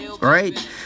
Right